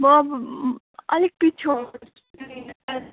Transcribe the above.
म अब अलिक पिछे आउँछु नि ल